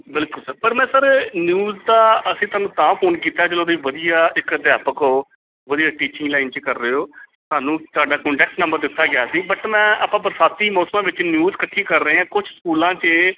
ਬਿਲਕੁਲ ਸਰ ਪਰ ਮੈਂ ਸਰ ਨਿਊਜ਼ ਤਾਂ ਅਸੀਂ ਤੁਹਾਨੂੰ ਤਾਂ ਫੋਨ ਕੀਤਾ ਚਲੋ ਤੁਸੀਂ ਵਧੀਆ ਇੱਕ ਅਧਿਆਪਕ ਹੋ ਵਧੀਆ ਟੀਚਿੰਗ ਲਾਈਨ 'ਚ ਕਰ ਰਹੇ ਹੋ ਸਾਨੂੰ ਤੁਹਾਡਾ ਕੰਟੈਕਟ ਨੰਬਰ ਦਿੱਤਾ ਗਿਆ ਸੀ ਬਟ ਮੈਂ ਆਪਾਂ ਬਰਸਾਤੀ ਮੌਸਮ ਵਿੱਚ ਨਿਊਜ਼ ਇਕੱਠੀ ਕਰ ਰਹੇ ਹਾਂ ਕੁਛ ਸਕੂਲਾਂ 'ਚ